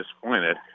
disappointed